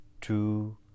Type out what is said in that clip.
two